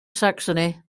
saxony